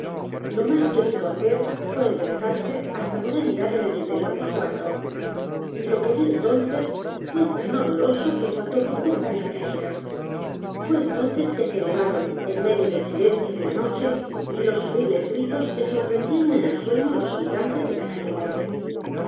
lo más que pudo hacer fué enderezarse hasta poder mirar en el interior del cuarto lo que vio entonces fué tan horroroso que faltó poco para que cayera fué entonces que se elevaron en medio del silencio de la noche los horribles gritos que sorprendieron en el sueño á los habitantes de la calle